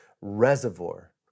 reservoir